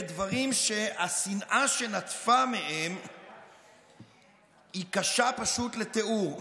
דברים שהשנאה שנטפה מהם היא קשה פשוט לתיאור.